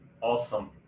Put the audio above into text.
awesome